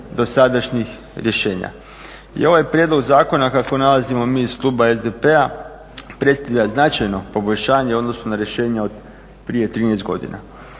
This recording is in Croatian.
dosadašnjih rješenja. I ovaj prijedlog zakona kako nalazimo mi iz kluba SDP-a predstavlja značajno poboljšanje u odnosu na rješenja od prije 13 godina.